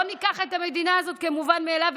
לא ניקח את המדינה הזאת כמובן מאליו,